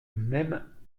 même